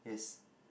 yes